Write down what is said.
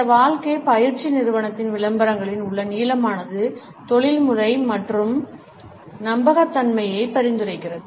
இந்த வாழ்க்கை பயிற்சி நிறுவனத்தின் விளம்பரங்களில் உள்ள நீலமானது தொழில்முறை மற்றும் நம்பகத்தன்மையை பரிந்துரைக்கிறது